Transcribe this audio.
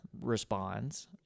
responds